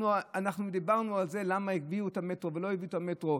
אנחנו דיברנו על למה הביאו את המטרו ולא הביאו את המטרו.